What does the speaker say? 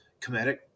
comedic